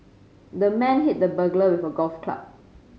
the man hit the burglar with a golf club